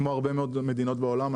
כמו הרבה מאוד מדינות בעולם,